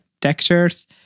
textures